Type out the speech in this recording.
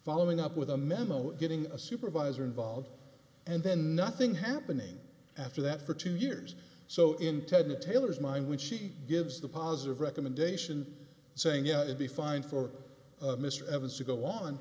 following up with a memo getting a supervisor involved and then nothing happening after that for two years so in ted taylor's mind when she gives the positive recommendation saying yeah it'd be fine for mr evans to go on